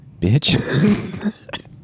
bitch